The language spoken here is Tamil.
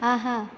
ஆஹா